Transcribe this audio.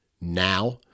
now